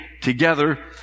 together